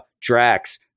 Drax